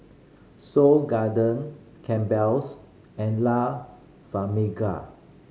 Seoul Garden Campbell's and La